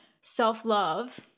self-love